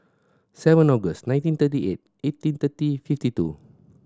seven August nineteen thirty eight eighteen thirty fifty two